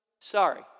Sorry